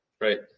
Right